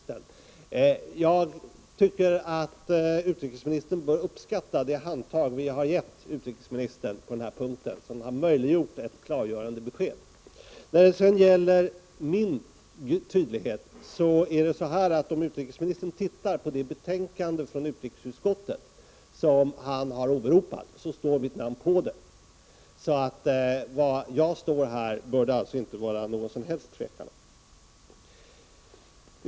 Jag tycker att utrikesministern bör uppskatta det handtag som vi har gett honom på den här punkten och som har möjliggjort ett klargörande besked. När det sedan gäller min tydlighet vill jag säga att om utrikesministern tittar på det betänkande från utrikesutskottet som han har åberopat, finner han att mitt namn står på det. Så var jag står i den här frågan bör det inte vara något som helst tvivel om.